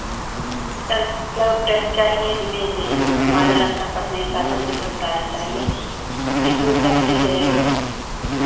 टल लैपटॉप चाहिए हमें देन हमारा लड़का पढ़ नहीं पाता हमें लैपटॉप चाहिए कितने तक की है